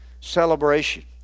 Celebration